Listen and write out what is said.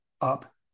up